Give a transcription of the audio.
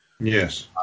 Yes